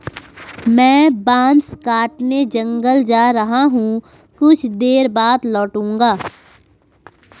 मैं बांस काटने जंगल जा रहा हूं, कुछ देर बाद लौटूंगा